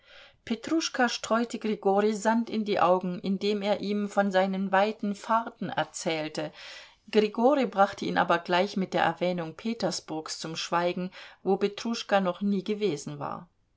petruschka streute grigorij sand in die augen indem er ihm von seinen weiten fahrten erzählte grigorij brachte ihn aber gleich mit der erwähnung petersburgs zum schweigen wo petruschka noch nie gewesen war